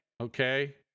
okay